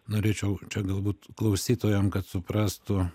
norėčiau čia galbūt klausytojam kad suprastų